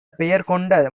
பெயர்கொண்ட